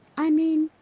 i mean,